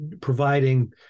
providing